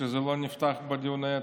שזה לא נפתח בדיוני התקציב.